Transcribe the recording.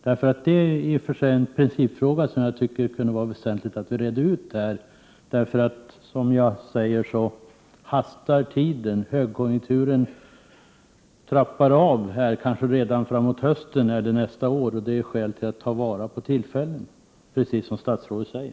Det är en principfråga som det är väsentligt att reda ut, eftersom det hastar. Högkonjunkturen kanske håller i sig bara till framåt hösten eller nästa år. Därför finns det anledning att ta vara på tillfällena, precis som statsrådet säger.